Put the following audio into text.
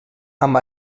amb